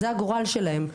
זה הגורל שלהם,